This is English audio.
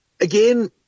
Again